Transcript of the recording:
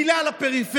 מילה על הפריפריה,